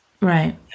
Right